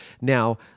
Now